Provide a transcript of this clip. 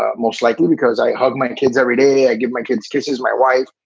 ah most likely because i hug my kids every day. i give my kids kisses, my wife,